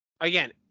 again